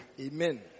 Amen